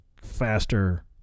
faster